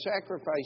sacrifice